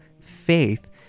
faith